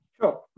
Sure